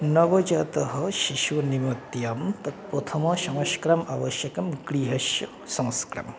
नवजातशिशोः निमत्तं तत् प्रथमं संस्कारं आवश्यकं गृहस्य संस्कारम्